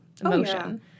emotion